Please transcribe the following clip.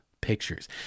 pictures